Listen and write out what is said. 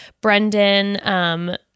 Brendan